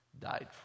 died